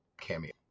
cameo